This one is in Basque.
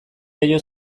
jaio